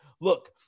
Look